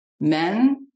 Men